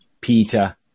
Peter